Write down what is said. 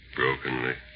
brokenly